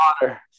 water